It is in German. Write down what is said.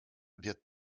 wird